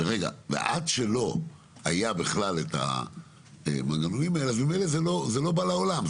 ועד שלא היה בכלל את המנגנונים האלה אז ממילא זה לא בא לעולם.